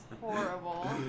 Horrible